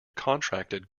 contracted